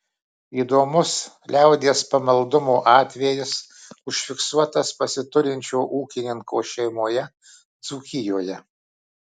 įdomus liaudies pamaldumo atvejis užfiksuotas pasiturinčio ūkininko šeimoje dzūkijoje